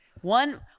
one